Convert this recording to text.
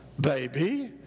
baby